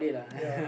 ya